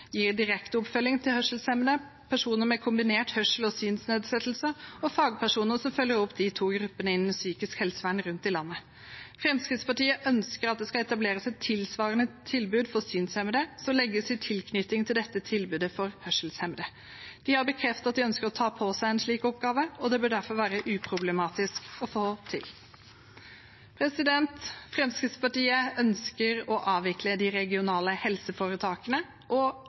hørselshemmede og personer med kombinert hørsels- og synsnedsettelse, og har fagpersoner som følger opp de to gruppene innen psykisk helsevern rundt i landet. Fremskrittspartiet ønsker at det skal etableres et tilsvarende tilbud for synshemmede, som legges i tilknytning til dette tilbudet for hørselshemmede. De har bekreftet at de ønsker å ta på seg en slik oppgave, og det bør derfor være uproblematisk å få til. Fremskrittspartiet ønsker å avvikle de regionale helseforetakene og